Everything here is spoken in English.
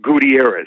Gutierrez